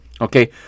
okay